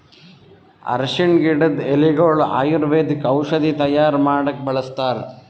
ಅರ್ಷಿಣ್ ಗಿಡದ್ ಎಲಿಗೊಳು ಆಯುರ್ವೇದಿಕ್ ಔಷಧಿ ತೈಯಾರ್ ಮಾಡಕ್ಕ್ ಬಳಸ್ತಾರ್